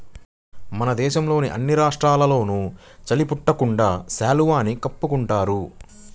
మన దేశంలోని అన్ని రాష్ట్రాల్లోనూ చలి పుట్టకుండా శాలువాని కప్పుకుంటున్నారు